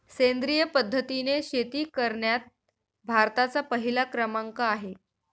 सेंद्रिय पद्धतीने शेती करण्यात भारताचा पहिला क्रमांक आहे